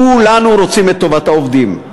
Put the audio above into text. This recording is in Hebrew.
כולנו רוצים את טובת העובדים.